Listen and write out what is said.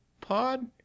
pod